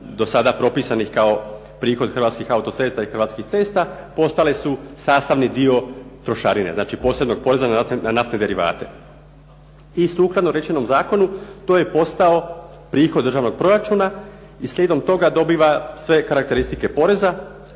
dosada propisanih kao prihod "Hrvatskih autocesta" i "Hrvatskih cesta" postale su sastavni dio trošarine, znači posebnog poreza na naftne derivate. I sukladno rečenom zakonu to je postao prihod državnog proračuna i slijedom toga dobiva sve karakteristike poreza